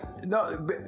No